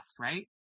right